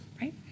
Right